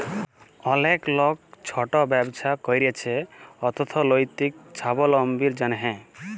অলেক লক ছট ব্যবছা ক্যইরছে অথ্থলৈতিক ছাবলম্বীর জ্যনহে